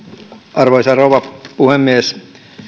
arvoisa rouva puhemies